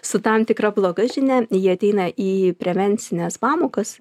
su tam tikra bloga žinia jie ateina į prevencines pamokas